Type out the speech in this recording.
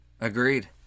Agreed